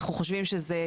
אנחנו חושבים שזה,